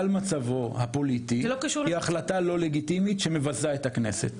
מצבו הפוליטי היא החלטה לא לגיטימית שמבזה את הכנסת.